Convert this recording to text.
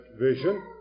vision